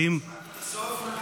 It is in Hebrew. לא שמעתי את הסוף.